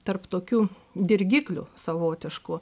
tarp tokių dirgiklių savotiškų